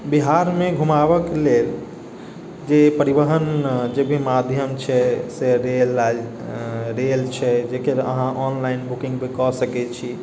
बिहारमे घूमाबैके लेल जे परिवहन जे भी माध्यम छै से रेल रेल छै जकर अहाँ ऑनलाइन बुकिंग भी कऽ सकै छी